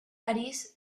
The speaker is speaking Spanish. parís